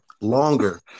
longer